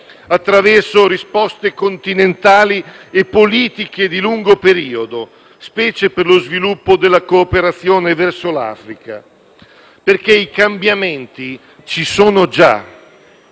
attraverso risposte continentali e politiche di lungo periodo, specie per lo sviluppo della cooperazione verso l'Africa, perché i cambiamenti ci sono già